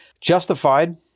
justified